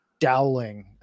Dowling